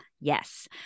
yes